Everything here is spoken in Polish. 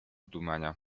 dumania